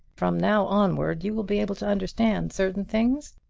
from now onward you will be able to understand certain things.